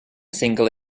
single